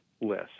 list